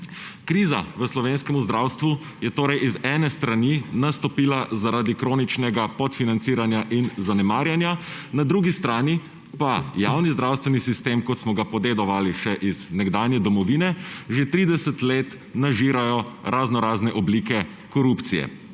Kriza v slovenskemu zdravstvu je torej iz ene strani nastopila zaradi kroničnega pod financiranja in zanemarjenja, na drugi strani pa javni zdravstveni sistem, kot smo ga podedovali še iz nekdanje domovine, že 30 let nažirajo raznorazne oblike korupcije,